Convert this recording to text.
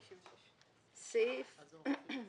רוב נגד,